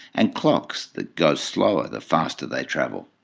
and clocks that go slower the faster they travel.